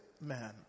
man